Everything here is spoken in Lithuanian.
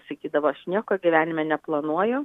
sakydavo aš nieko gyvenime neplanuoju